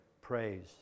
praise